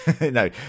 No